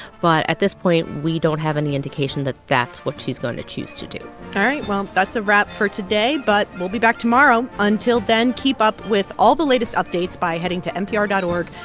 but at this point, we don't have any indication that that's what she's going to choose to do all right. well, that's a wrap for today, but we'll be back tomorrow. until then, keep up with all the latest updates by heading to npr dot org,